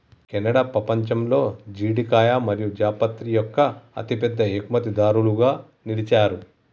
Canada పపంచంలో జీడికాయ మరియు జాపత్రి యొక్క అతిపెద్ద ఎగుమతిదారులుగా నిలిచారు